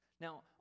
Now